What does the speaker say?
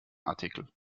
artikel